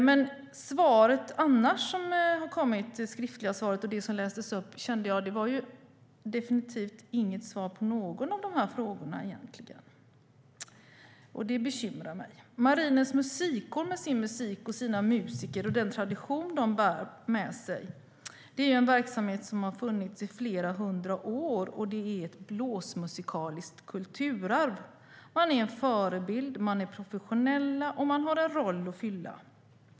Det svar som jag fått är annars egentligen inget svar på någon av de här frågorna, och det bekymrar mig. Marinens Musikkår, med sin musik, sina musiker och den tradition som de bär med sig, är en verksamhet som har funnits i flera hundra år. Det är ett blåsmusikaliskt kulturarv. Man är en förebild. Man är professionell och har en roll att fylla.